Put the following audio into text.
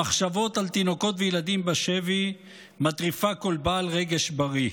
המחשבות על תינוקות וילדים בשבי מטריפה כל בעל רגש בריא.